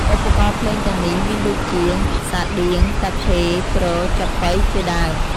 ឧបករណ៍ភ្លេងទាំងនេះមានដូចជា សាដៀវ តាខេ ទ្រ ចាប៉ី ជាដើម។